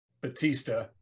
Batista